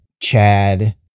chad